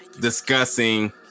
discussing